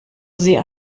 sie